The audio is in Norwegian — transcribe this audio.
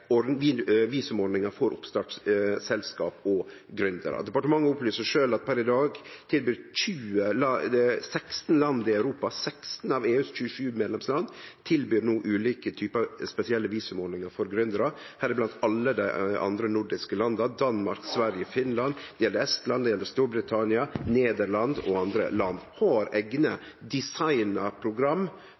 for oppstartsselskap og gründerar. Departementet opplyser sjølv at 16 land i Europa – 16 av EUs 27 medlemsland – per i dag tilbyr ulike typar spesielle visumordningar for gründerar, deriblant alle dei andre nordiske landa – Danmark, Sverige og Finland – og det gjeld Estland, Storbritannia, Nederland og andre land. Dei har eigne designa program